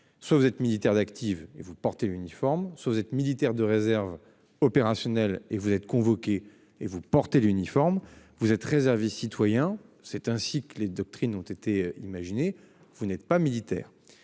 soit vous êtes militaires d'active et vous portez uniforme vous êtes militaire de réserve opérationnelle et vous êtes convoqué et vous portez l'uniforme. Vous êtes réservé citoyen. C'est ainsi que les doctrines ont été imaginées. Vous n'êtes pas militaire.